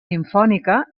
simfònica